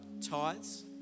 tithes